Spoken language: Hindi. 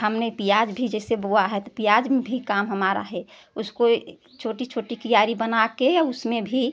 हमने प्याज़ भी जैसे बोया है तो प्याज़ में भी काम हमारा है उसको ये छोटी छोटी क्यारी बना कर उसमें भी